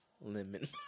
Lemon